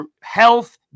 health